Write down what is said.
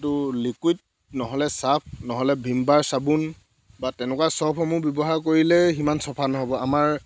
এইটো লিকুইড নহ'লে ছাৰ্ফ নহ'লে ভিমবাৰ চাবোন বা তেনেকুৱা ছ'পসমূহ ব্যৱহাৰ কৰিলেই সিমান চাফা নহ'ব আমাৰ